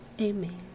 Amen